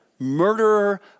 murderer